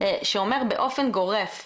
שאומר באופן גורף,